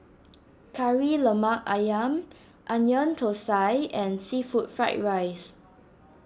Kari Lemak Ayam Onion Thosai and Seafood Fried Rice